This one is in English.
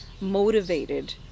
motivated